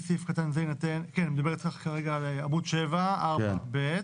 אני מדבר כרגע על עמוד 7(4)(ב).